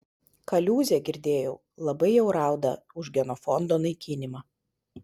kaliūzė girdėjau labai jau rauda už genofondo naikinimą